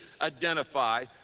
identify